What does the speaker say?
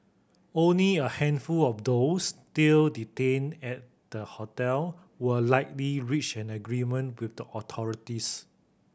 only a handful of those still detained at the hotel were likely reach an agreement with the authorities